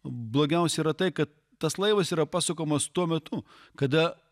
blogiausia yra tai kad tas laivas yra pasukamas tuo metu kada